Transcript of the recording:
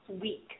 week